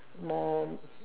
more